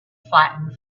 flattened